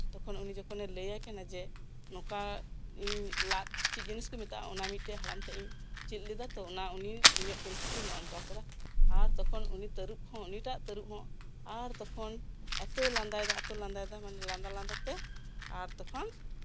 ᱛᱚᱠᱷᱚᱱ ᱩᱱᱤ ᱡᱚᱠᱷᱚᱱᱮ ᱞᱟᱹᱭ ᱟᱭ ᱠᱟᱱᱟ ᱱᱚᱝᱠᱟ ᱡᱮ ᱞᱟᱫ ᱪᱮᱫ ᱡᱤᱱᱤᱥ ᱠᱚ ᱢᱮᱛᱟᱜᱼᱟ ᱚᱱᱟ ᱢᱤᱫᱴᱮᱡ ᱦᱟᱲᱟᱢ ᱴᱷᱮᱱᱤᱧ ᱠᱩᱞᱤ ᱞᱮᱫᱟ ᱛᱳ ᱚᱱᱟ ᱩᱱᱤ ᱤᱧᱟᱹᱜ ᱯᱚᱨᱤᱥᱛᱷᱤᱛᱤ ᱱᱚᱜᱼᱚᱭ ᱱᱚᱝᱠᱟ ᱟᱠᱟᱫᱟᱭ ᱟᱨ ᱩᱱᱤ ᱛᱟᱹᱨᱩᱵᱽ ᱦᱚᱸ ᱩᱱᱤᱴᱟᱜ ᱛᱟᱹᱨᱩᱵᱽ ᱦᱚᱸ ᱟᱨ ᱛᱚᱠᱷᱚᱱ ᱮᱛᱳᱭ ᱞᱟᱸᱫᱟᱭ ᱫᱟ ᱮ ᱛᱳᱭ ᱞᱟᱸᱫᱟᱭ ᱫᱟ ᱢᱟᱱᱮ ᱞᱟᱸᱫᱟ ᱞᱟᱸᱫᱟᱛᱮ ᱟᱨ ᱛᱚᱠᱷᱚᱱ